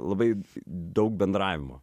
labai daug bendravimo